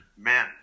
men